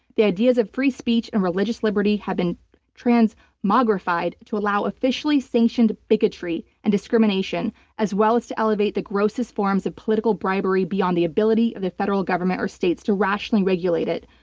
the ideas of free speech and religious liberty have been transmogrified to allow officially sanctioned bigotry and discrimination as well as to elevate the grossest forms of political bribery beyond the ability of the federal government or states to rationally regulate it.